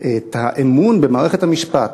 את האמון במערכת המשפט,